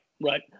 Right